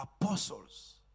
apostles